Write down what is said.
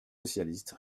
socialiste